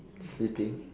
cheating